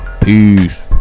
Peace